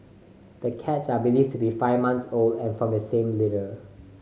the cats are believed to be five months old and from the same litter